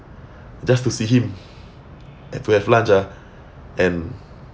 just to see him to have lunch ah and